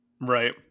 Right